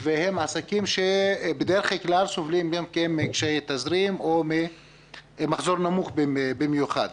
והם סובלים בדרך כלל מקשיי תזרים או ממחזור נמוך במיוחד.